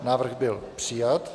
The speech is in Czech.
Návrh byl přijat.